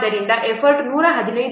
ಆದ್ದರಿಂದ ಎಫರ್ಟ್ 115